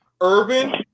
Urban